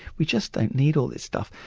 we just don't need all this stuff,